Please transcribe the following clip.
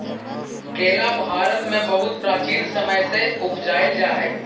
केला भारत में बहुत प्राचीन समय से उपजाईल जा हई